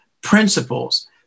principles